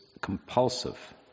compulsive